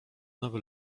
nowy